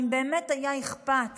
אם באמת היה אכפת